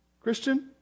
Christian